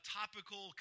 topical